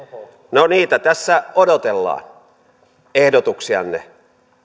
no niitä tässä odotellaan ehdotuksianne